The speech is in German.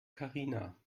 karina